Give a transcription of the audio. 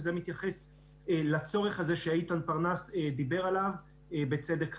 זה מתייחס לצורך שאיתן פרנס דיבר עליו, בצדק רב.